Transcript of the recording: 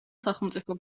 სახელმწიფო